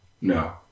No